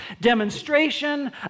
demonstration